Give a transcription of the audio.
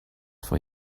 for